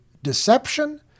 deception